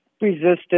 resistance